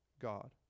God